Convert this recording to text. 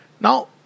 Now